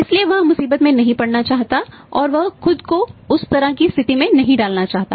इसलिए वह मुसीबत में नहीं पड़ना चाहता और वह खुद को उस तरह की स्थिति में नहीं डालना चाहता